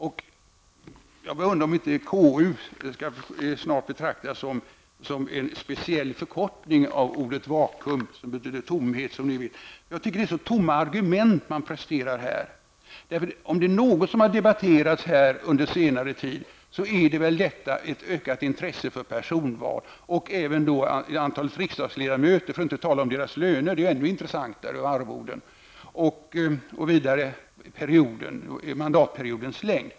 Jag börjar undra om inte ''KU'' skall betraktas som en speciell förkortning för ''vakuum'', som betyder tomhet. Jag tycker att de argument som konstitutionsutskottet presterar är mycket tomma. Om det är någonting som har debatterats under senare tid är det väl frågan om personval och antalet riksdagsledamöter -- för att inte tala om deras löner och arvoden, som är en ännu intressantare fråga! En annan fråga som har diskuterats är mandatperiodens längd.